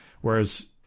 Whereas